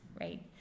right